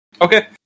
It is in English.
Okay